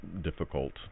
difficult